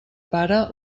pare